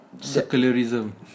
secularism